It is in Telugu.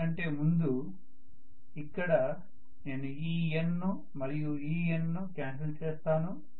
దాని కంటే ముందు ఇక్కడ నేను ఈ N ను మరియు ఈ N ను కాన్సల్ చేస్తాను